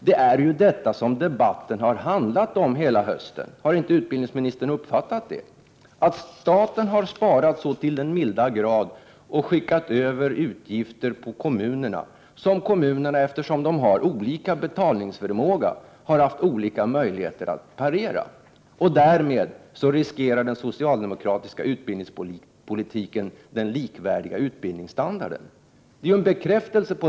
Det är ju detta som debatten har handlat om hela hösten. Har utbildningsministern inte uppfattat detta? Debatten handlar om att staten så till den milda grad har sparat och flyttat över utgifter på kommunerna — utgifter som kommunerna, eftersom de har olika betalningsförmåga, har haft olika möjligheter att klara. Därmed riskerar den socialdemokratiska utbildningspolitiken den likvärdiga utbildningstandarden.